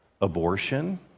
abortion